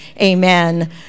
amen